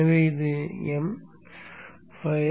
எனவே இது m கோப்பு